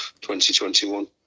2021